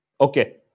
Okay